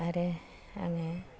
आरो आङो